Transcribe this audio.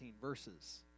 verses